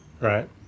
right